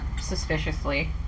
suspiciously